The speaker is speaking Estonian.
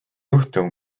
juhtum